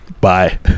bye